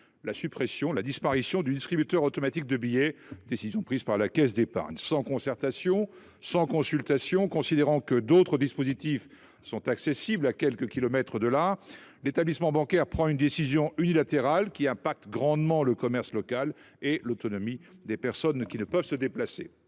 a appris la suppression du distributeur automatique de billets à la suite d’une décision prise par la Caisse d’Épargne. Sans concertation, sans consultation, considérant que d’autres dispositifs sont accessibles à quelques kilomètres, l’établissement bancaire a pris une décision unilatérale qui impacte grandement le commerce local et l’autonomie des personnes qui ne peuvent pas se déplacer.